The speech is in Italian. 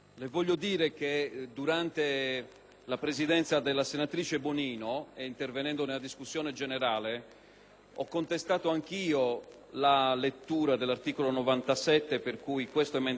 ho contestato anch'io la lettura dell'articolo 97 per cui l'emendamento 1.101 è stato ritenuto improponibile, perché non ritengo che esso verta su